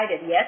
yes